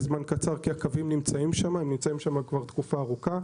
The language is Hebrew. זמן קצר כי הקווים נמצאים שם כבר תקופה ארוכה.